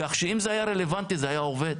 כך שאם זה היה רלוונטי זה היה עובד.